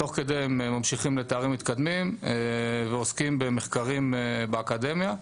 תוך כדי הם ממשיכים לתארים מתקדמים ועוסקים במחקרים באקדמיה.